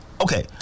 Okay